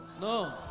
No